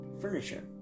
furniture